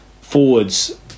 Forwards